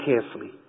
carefully